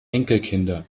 enkelkinder